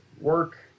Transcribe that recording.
work